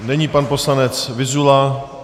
Nyní pan poslanec Vyzula.